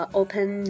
open